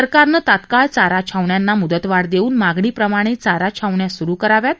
सरकारनं तात्काळ चारा छावण्यांना मुदतवाढ देऊन मागणीप्रमाणे चारा छावण्या सुरु कराव्यात